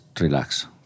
relax